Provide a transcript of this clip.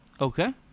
okay